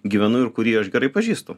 gyvenu ir kurį aš gerai pažįstu